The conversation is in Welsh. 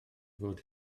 fod